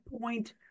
point